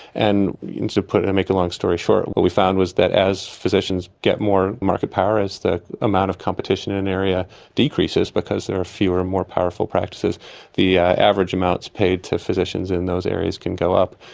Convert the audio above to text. and to put. and make a long story short, what we found was that as physicians get more market power, as the amount of competition in an area decreases because there are fewer and more powerful practices the average amounts paid to physicians in those areas can go up,